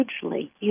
hugely